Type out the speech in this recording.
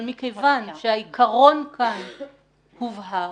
אבל מכיוון שהעיקרון כאן הובהר,